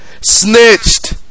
snitched